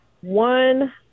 One